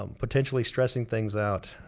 um potentially stressing things out.